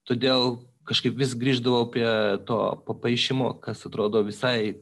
todėl kažkaip vis grįždavau prie to papaišymo kas atrodo visai